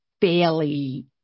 fairly